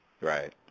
Right